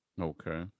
okay